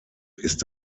ist